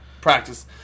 practice